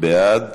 בעד.